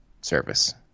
service